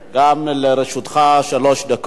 גם לרשותך שלוש דקות.